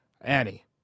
Annie